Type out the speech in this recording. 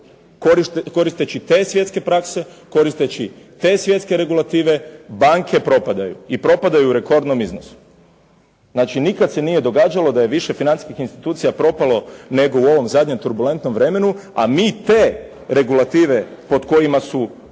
koristeći te svjetske prakse, koristeći te svjetske regulative banke propadaju i propadaju u rekordnom iznosu. Znači, nikad se nije događalo da je više financijskih institucija propalo nego u ovom zadnjem turbulentnom vremenu, a mi te regulative pod kojima su